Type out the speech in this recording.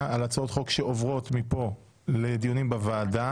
על הצעות חוק שעוברות מכאן לדיונים בוועדה.